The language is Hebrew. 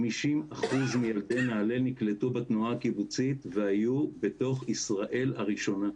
50% מילדי נעל"ה נקלטו בתנועה הקיבוצית והיו בתוך ישראל הראשונה.